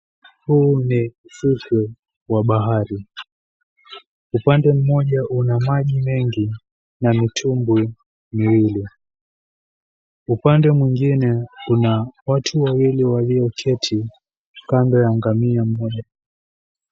Huu ni suku wa bahari. Upande mmoja una maji mengi na mitumbwi miwili. Upande mwingine una watu wawili walio cheti kando ya ngamia mmoja.